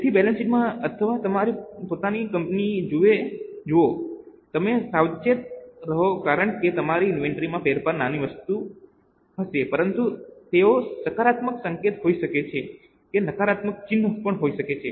તેથી balance sheet અથવા તમારી પોતાની કંપની જુઓ તમે સાવચેત રહો કારણ કે મારી ઇન્વેન્ટરીમાં આ ફેરફાર નાની વસ્તુ હશે પરંતુ તેમાં સકારાત્મક સંકેત હોઈ શકે છે તે નકારાત્મક ચિહ્ન પણ હોઈ શકે છે